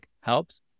helps